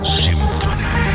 symphony